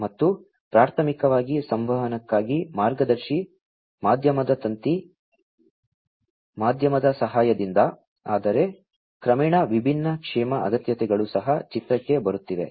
ಮತ್ತು ಪ್ರಾಥಮಿಕವಾಗಿ ಸಂವಹನಕ್ಕಾಗಿ ಮಾರ್ಗದರ್ಶಿ ಮಾಧ್ಯಮದ ತಂತಿ ಮಾಧ್ಯಮದ ಸಹಾಯದಿಂದ ಆದರೆ ಕ್ರಮೇಣ ವಿಭಿನ್ನ ಕ್ಷೇಮ ಅಗತ್ಯತೆಗಳು ಸಹ ಚಿತ್ರಕ್ಕೆ ಬರುತ್ತಿವೆ